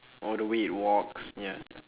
or the way it walks ya